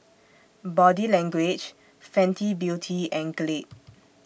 Body Language Fenty Beauty and Glade